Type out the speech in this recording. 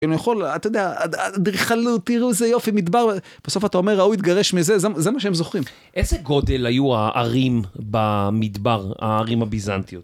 אתה יכול, אתה יודע, חלו, תראו איזה יופי מדבר, בסוף אתה אומר, ראוי תגרש מזה, זה מה שהם זוכרים. איזה גודל היו הערים במדבר, הערים הביזנטיות?